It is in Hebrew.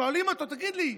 שואלים אותו: תגיד לי,